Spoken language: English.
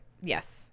Yes